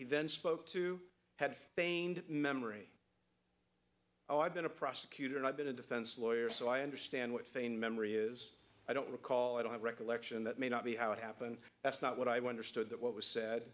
events folk too had memory i've been a prosecutor and i've been a defense lawyer so i understand what sane memory is i don't recall i don't have recollection that may not be how it happened that's not what i understood that what was said